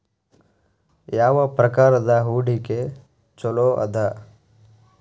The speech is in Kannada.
ಯಾವ ಪ್ರಕಾರದ ಹೂಡಿಕೆ ಚೊಲೋ ಅದ